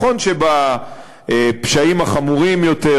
נכון שבפשעים החמורים יותר,